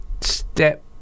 step